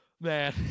man